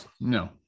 No